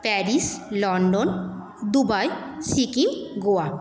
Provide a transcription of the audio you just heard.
Paris London Dubai Sikkim Goa